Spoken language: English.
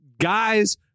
guys